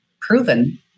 proven